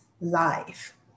life